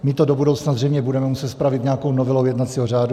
My to do budoucna zřejmě budeme muset spravit nějakou novelou jednacího řádu.